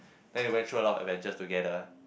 then we went through a lot of adventures together